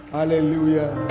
Hallelujah